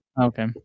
Okay